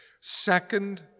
Second